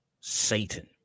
satan